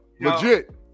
Legit